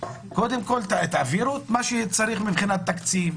קודם כל תעבירו את מה שצריך מבחינת תקציב,